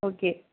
okay